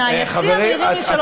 מהיציע מעירים לי שלא שומעים אותי.